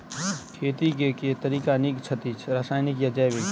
खेती केँ के तरीका नीक छथि, रासायनिक या जैविक?